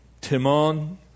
Timon